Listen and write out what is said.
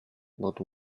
but